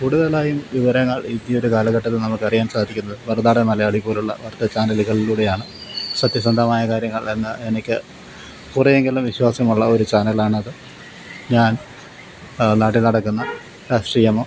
കൂടുതലായും വിവരങ്ങള് ഈയൊരു കാലഘട്ടത്തില് നമുക്കറിയാന് സാധിക്കുന്നു മറുനാടന് മലയാളി പോലുള്ള വാര്ത്താചാനലുകളിലൂടെയാണ് സത്യസന്ധമായ കാര്യങ്ങള് എന്ന് എനിക്ക് കുറേയെങ്കിലും വിശ്വാസമുള്ള ഒരു ചാനൽ ആണത് ഞാന് നാട്ടിൽ നടക്കുന്ന രാഷ്ട്രീയമോ